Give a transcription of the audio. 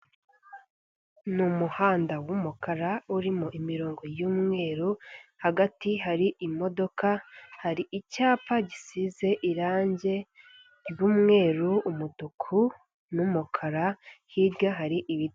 Ni umuhanda w'umukara urimo imirongo y'umweru, hagati hari imodoka, hari icyapa gisize irange ry'umweru, umutuku, n'umukara, hirya hari ibi.